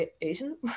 Asian